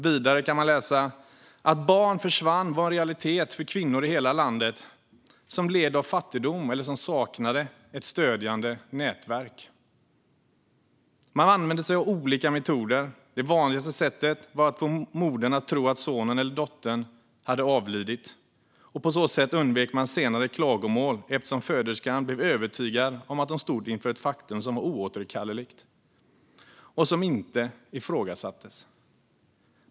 Vidare kan man läsa: Att barn försvann var en realitet för kvinnor i hela landet som led av fattigdom eller som saknade ett stödjande nätverk. Man använde sig av olika metoder. Det vanligaste sättet var att få modern att tro att sonen eller dottern hade avlidit, och på så sätt undvek man senare klagomål eftersom föderskan blev övertygad om att hon stod inför ett faktum som var oåterkalleligt och som inte ifrågasattes.